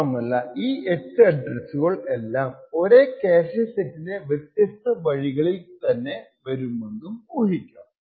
മാത്രമല്ല ഈ 8 അഡ്രെസ്സുകൾ എല്ലാം ഒരേ ക്യാഷെ സെറ്റിന്റെ വ്യത്യസ്ത വഴികളിൽ തന്നെ വരുമെന്നും ഊഹിക്കാം